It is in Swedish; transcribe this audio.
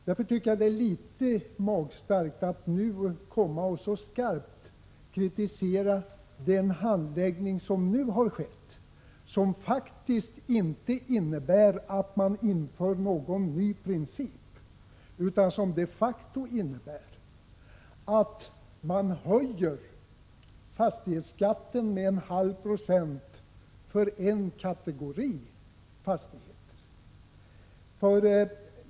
Därför tycker jag det är litet magstarkt av folkpartiet att så skarpt kritisera den handläggning som nu har skett, som faktiskt inte innebär att man inför någon ny princip; förslaget innebär de facto att man höjer fastighetsskatten med en halv procent för en kategori fastigheter.